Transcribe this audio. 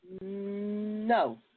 No